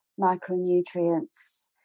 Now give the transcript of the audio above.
micronutrients